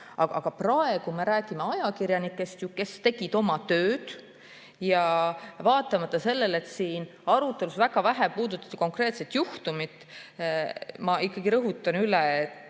Aga praegu me räägime ajakirjanikest, kes tegid oma tööd. Vaatamata sellele, et siin arutelus väga vähe puudutati konkreetset juhtumit, ma ikkagi rõhutan üle, et